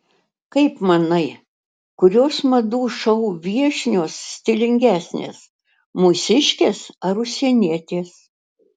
kaip manai kurios madų šou viešnios stilingesnės mūsiškės ar užsienietės